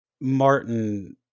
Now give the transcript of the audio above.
Martin